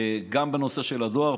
גם בנושא של הדואר.